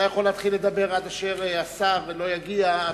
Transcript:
אתה יכול להתחיל לדבר עד אשר יגיע השר.